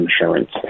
insurance